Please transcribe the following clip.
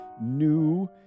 new